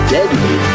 Deadly